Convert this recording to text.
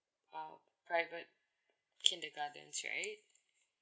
uh private kindergarten right